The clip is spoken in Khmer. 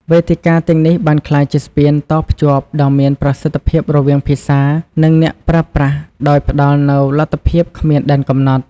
វេទិកាទាំងនេះបានក្លាយជាស្ពានតភ្ជាប់ដ៏មានប្រសិទ្ធភាពរវាងភាសា និងអ្នកប្រើប្រាស់ ដោយផ្តល់នូវលទ្ធភាពគ្មានដែនកំណត់។